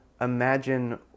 imagine